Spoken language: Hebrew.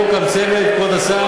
מאיר, פה הוקם צוות, כבוד השר.